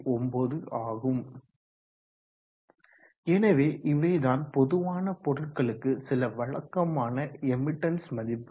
9ஆகும் எனவே இவைதான் பொதுவான பொருட்களுக்கு சில வழக்கமான எமிட்டன்ஸ் மதிப்புகள்